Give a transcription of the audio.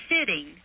sitting